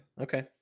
Okay